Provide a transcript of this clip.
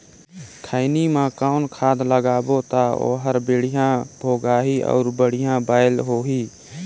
खैनी मा कौन खाद लगाबो ता ओहार बेडिया भोगही अउ बढ़िया बैल होही?